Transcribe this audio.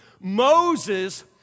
Moses